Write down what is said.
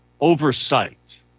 oversight